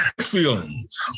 Feelings